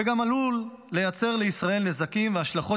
וגם עלולה לייצר לישראל נזקים והשלכות